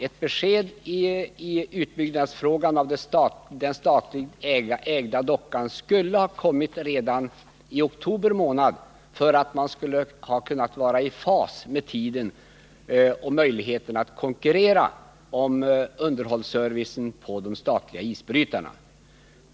Ett besked om utbyggnad av den statligt ägda dockan skulle ha kommit redan i oktober månad för att man skulle ha haft möjlighet att konkurrera om underhållsservicen på de statliga isbrytarna.